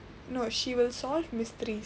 no she will solve mysteries